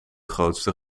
grootste